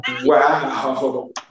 Wow